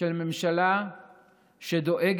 של ממשלה שדואגת